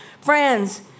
friends